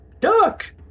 duck